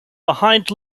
behind